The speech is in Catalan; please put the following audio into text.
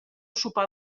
sopar